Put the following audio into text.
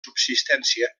subsistència